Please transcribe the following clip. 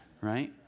right